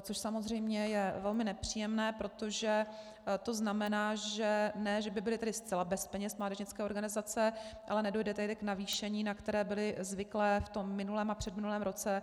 Což je samozřejmě velmi nepříjemné, protože to znamená, ne že by byly zcela bez peněz mládežnické organizace, ale nedojde k navýšení, na které byly zvyklé v minulém a předminulém roce,